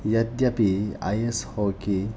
यद्यपि ice hockey